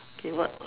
okay what